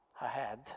ahead